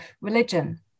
religion